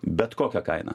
bet kokia kaina